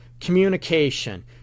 communication